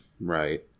right